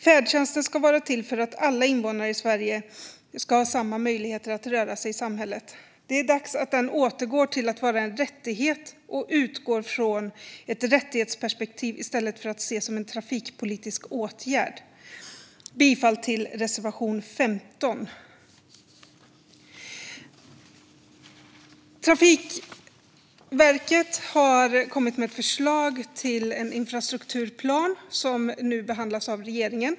Färdtjänsten ska vara till för att alla invånare i Sverige ska ha samma möjligheter att röra sig i samhället. Det är dags att den återgår till att vara en rättighet och utgår från ett rättighetsperspektiv i stället för att ses som en trafikpolitisk åtgärd. Jag yrkar därför bifall till reservation 15. Trafikverket har kommit med ett förslag till en infrastrukturplan som nu behandlas av regeringen.